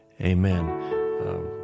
amen